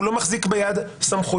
הוא לא מחזיק ביד סמכויות.